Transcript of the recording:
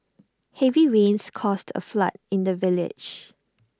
heavy rains caused A flood in the village